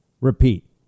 repeat